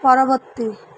ପରବର୍ତ୍ତୀ